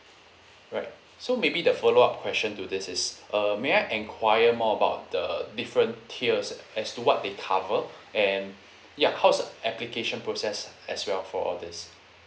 right so maybe the follow up question to this is uh may I enquire more about the different tiers as to what they cover and ya how's the application process as well for all this